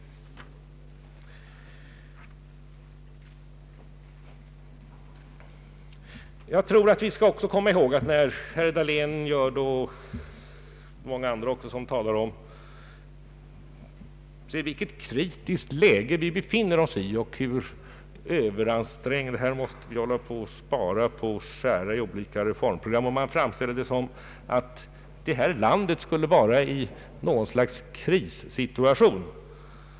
Herr Dahlén och många andra talar om vilket kritiskt läge vi befinner oss i och hur överansträngd vår ekonomi är: vi måste skära ned och gallra bland olika reformprogram. Man framställer saken så att vårt land skulle befinna sig i något slags krissituation.